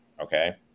okay